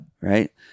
right